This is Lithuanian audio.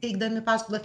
teikdami paskolas